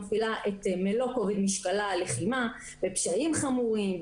היא מפעילה את מלוא כובד משקלה על לחימה בפשעים חמורים,